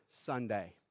Sunday